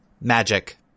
Magic